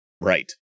Right